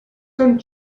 són